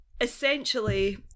essentially